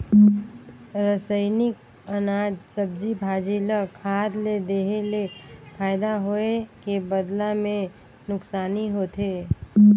रसइनिक अनाज, सब्जी, भाजी ल खाद ले देहे ले फायदा होए के बदला मे नूकसानी होथे